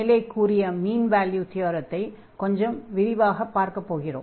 மேலே கூறிய "mean value தியரத்தை" இன்னும் கொஞ்சம் விரிவாகப் பார்க்கப் போகிறோம்